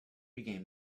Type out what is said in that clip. began